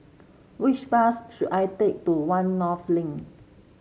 which bus should I take to One North Link